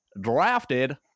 drafted